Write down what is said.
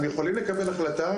הם יכולים לקבל החלטה,